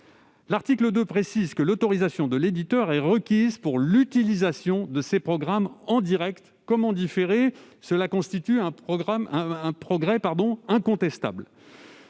article précise que l'autorisation de l'éditeur est requise pour l'utilisation de ces programmes, en direct comme en différé. Cette disposition constitue un progrès incontestable.